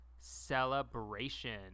celebration